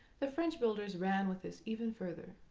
the french builders ran with this even further.